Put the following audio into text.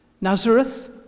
Nazareth